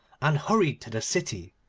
and hurried to the city.